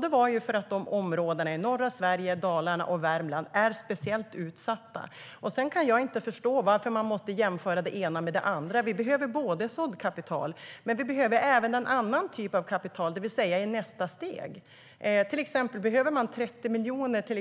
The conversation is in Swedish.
Det var för att områdena i norra Sverige, Dalarna och Värmland är speciellt utsatta. Sedan kan jag inte förstå varför man måste jämföra det ena med det andra. Vi behöver både såddkapital och en annan typ av kapital för nästa steg. Om man exempelvis behöver 30 miljoner till